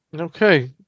Okay